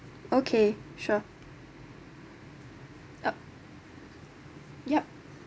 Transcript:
okay sure yup yup